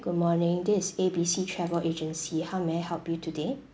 good morning this is A B C travel agency how may I help you today